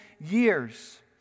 years